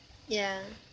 ya